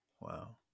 Wow